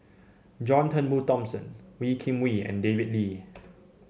John Turnbull Thomson Wee Kim Wee and David Lee